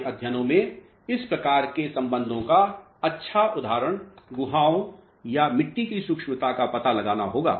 हमारे अध्ययनों में इस प्रकार के संबंधों का अच्छा उदाहरण गुहाओं या मिट्टी की सूक्ष्मता का पता लगाना होगा